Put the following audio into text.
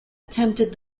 attempted